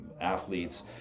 athletes